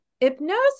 Hypnosis